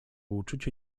uczucie